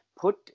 put